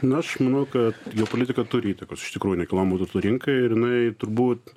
nu aš manau kad jo politika turi įtakos iš tikrųjų nekilnojamo turto rinkai ir jinai turbūt